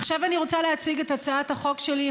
עכשיו אני רוצה להציג את הצעת החוק שלי,